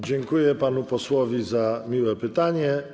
Dziękuję panu posłowi za miłe pytanie.